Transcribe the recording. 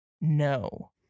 No